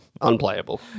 Unplayable